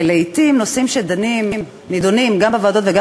שלעתים לנושאים שנדונים גם בוועדות וגם